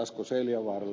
asko seljavaaralle